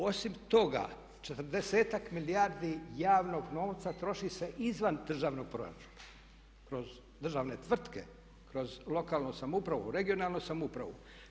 Osim toga 40-ak milijardi javnog novca troši se izvan državnog proračuna kroz državne tvrtke, kroz lokalnu samoupravu, regionalnu samoupravu.